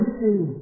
see